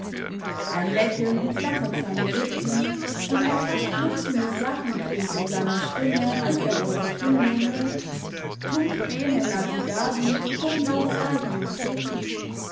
ein läckeln umflattert seine lippen und ein fast glucksendes lacken klingt in seiner stimme als er vor sich hinmurmelt tunc bene navigavi